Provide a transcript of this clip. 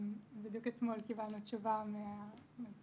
בדיוק אתמול קיבלנו תשובה מהמזכירה,